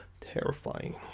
terrifying